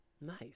nice